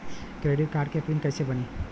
Credit card के pin कैसे बनी?